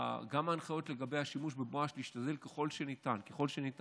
גם ההנחיות לגבי השימוש בבואש הן להשתדל ככל שניתן שזה